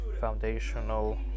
foundational